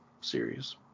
series